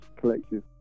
collective